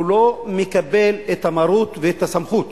הוא לא מקבל את המרות ואת הסמכות